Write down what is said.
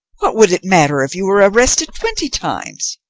what would it matter if you were arrested twenty times!